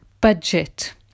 budget